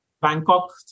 Bangkok